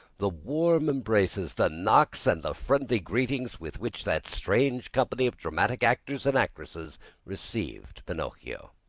the warm embraces, the knocks, and the friendly greetings with which that strange company of dramatic actors and actresses received pinocchio.